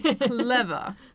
Clever